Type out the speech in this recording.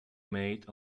made